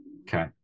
Okay